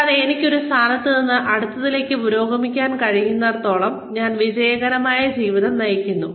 കൂടാതെ എനിക്ക് ഒരു സ്ഥാനത്ത് നിന്ന് അടുത്തതിലേക്ക് പുരോഗമിക്കാൻ കഴിയുന്നിടത്തോളം ഞാൻ വിജയകരമായ ജീവിതം നയിച്ചു